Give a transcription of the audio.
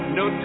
no